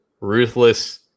ruthless